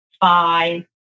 five